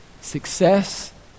success